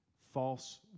false